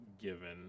given